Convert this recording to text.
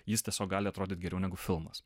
jis tiesiog gali atrodyt geriau negu filmas